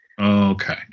Okay